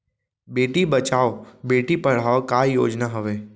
बेटी बचाओ बेटी पढ़ाओ का योजना हवे?